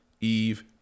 eve